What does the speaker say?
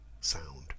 sound